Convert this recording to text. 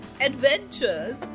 adventures